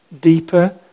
deeper